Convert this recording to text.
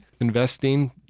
Investing